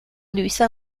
luisa